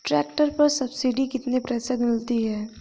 Tractor पर subsidy कितने प्रतिशत मिलती है?